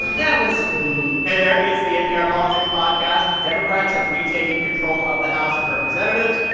that was sweet hey there. it's the npr politics podcast. democrats have retaken control of the house of representatives,